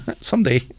someday